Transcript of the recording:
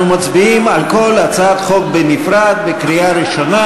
אנחנו מצביעים על כל הצעת חוק בנפרד בקריאה ראשונה.